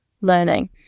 learning